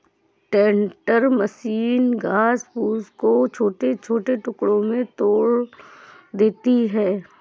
हे tender machine घास फूस को छोटे छोटे टुकड़ों में तोड़ देती है